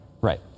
Right